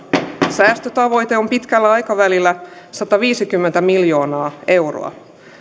säästötavoite on pitkällä aikavälillä sataviisikymmentä miljoonaa euroa